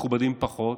מכובדים פחות,